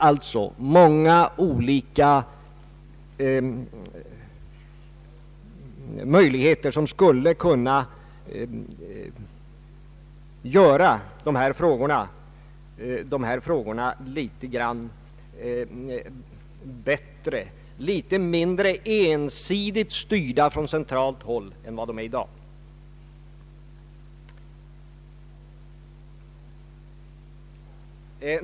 Det finns många olika möjligheter att lösa de här problemen bättre och se till att dessa frågor blir mindre ensidigt styrda från centralt håll än vad de är i dag.